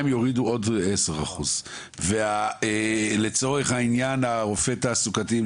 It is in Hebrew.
יורידו עוד 10% ולצורך העניין הרופא התעסוקתי,